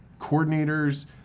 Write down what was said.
coordinators